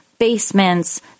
basements